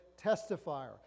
testifier